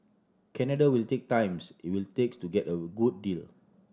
Canada will take times it will takes to get a good deal